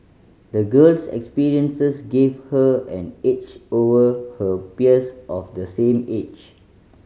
the girl's experiences gave her an edge over her peers of the same age